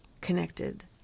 connected